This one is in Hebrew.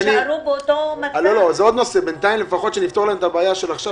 לפחות בינתיים נפתור להן את הבעיה של עכשיו